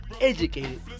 educated